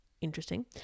interesting